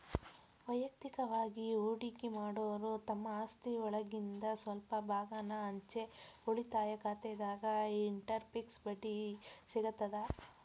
ವಯಕ್ತಿಕವಾಗಿ ಹೂಡಕಿ ಮಾಡೋರು ತಮ್ಮ ಆಸ್ತಿಒಳಗಿಂದ್ ಸ್ವಲ್ಪ ಭಾಗಾನ ಅಂಚೆ ಉಳಿತಾಯ ಖಾತೆದಾಗ ಇಟ್ಟರ ಫಿಕ್ಸ್ ಬಡ್ಡಿ ಸಿಗತದ